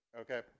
okay